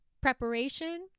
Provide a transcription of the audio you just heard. preparation